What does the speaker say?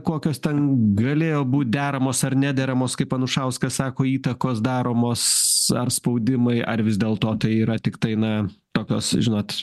kokios ten galėjo būti deramos ar nederamos kaip anušauskas sako įtakos daromos ar spaudimai ar vis dėlto tai yra tiktai na tokios žinot